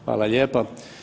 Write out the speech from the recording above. Hvala lijepa.